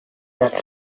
that